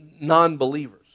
non-believers